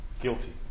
guilty